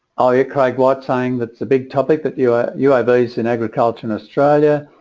are you quite quite saying that's a big topic that you are you i base in agriculture in australia